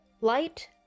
Light